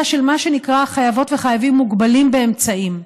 של מה שנקרא חייבות וחייבים מוגבלים באמצעים,